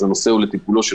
והנושא נמצא בטיפולו.